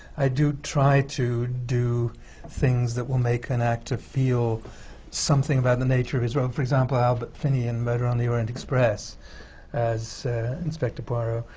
i do try to do things that will make an actor feel something about the nature of his role. for example, albert finney in murder on the orient express as inspector poirot,